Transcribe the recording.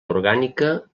orgànica